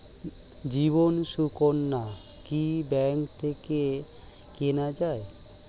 জীবন সুকন্যা কি ব্যাংক থেকে কেনা যায়?